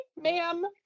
ma'am